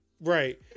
Right